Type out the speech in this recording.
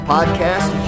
Podcast